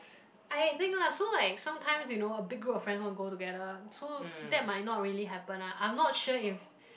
I think lah so like sometimes you know a big group of friends want go together so that might not really happen lah I'm not sure if